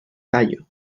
callo